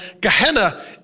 Gehenna